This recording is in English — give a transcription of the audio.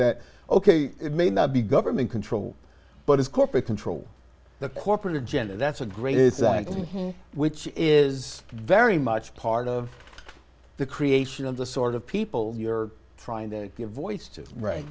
that ok it may not be government control but it's corporate control the corporate agenda that's a great is that which is very much part of the creation of the sort of people you're trying to give voice to right